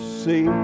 see